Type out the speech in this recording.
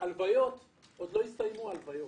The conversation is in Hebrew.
כשעוד לא הסתיימו ההלוויות.